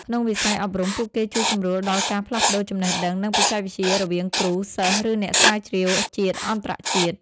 ក្នុងវិស័យអប់រំ ពួកគេជួយសម្រួលដល់ការផ្លាស់ប្តូរចំណេះដឹង និងបច្ចេកវិទ្យារវាងគ្រូ-សិស្ស ឬអ្នកស្រាវជ្រាវជាតិ-អន្តរជាតិ។